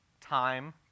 time